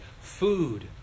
food